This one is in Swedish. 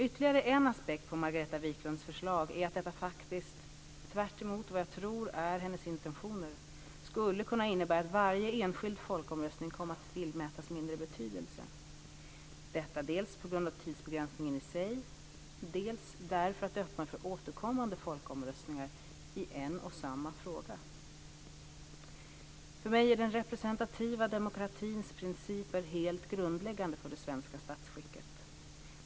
Ytterligare en aspekt på Margareta Viklunds förslag är att detta faktiskt, tvärtemot vad jag tror är hennes intentioner, skulle kunna innebära att varje enskild folkomröstning kom att tillmätas mindre betydelse, detta dels på grund av tidsbegränsningen i sig, dels därför att det öppnar för återkommande folkomröstningar i en och samma fråga. För mig är den representativa demokratins principer helt grundläggande för det svenska statsskicket.